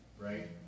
right